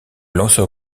lanceur